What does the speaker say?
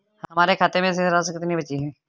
हमारे खाते में शेष राशि कितनी बची है?